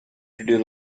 deal